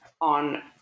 on